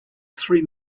three